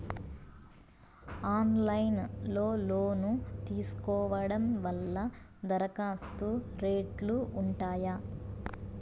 Online లో loan తీసుకోవడం వల్ల దరఖాస్తు రేట్లు ఉంటాయా?